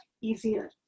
easier